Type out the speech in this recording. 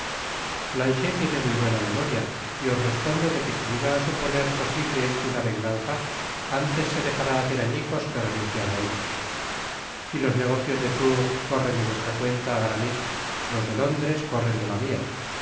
planchet tiene muy buena memoria y os respondo de que si llega á suponer posible una venganza antes se dejará hacer añicos que renunciar á ella si los negocios de tours corren de vuestra cuenta aramis los de lóndres corren de la mia